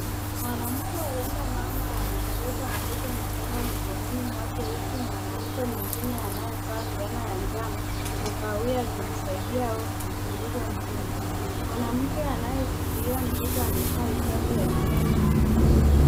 Mwanamke, huenda mama akiwa amembeba mtoto mchanga mikononi mwake, huku mwanamke mwingine anayevaa fulana ya njano na kahawia akimsaidia au kumchunguza mtoto. Mwanamke anayeshikilia mtoto amevaa hijabu ya kijani kibichi.